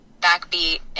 backbeat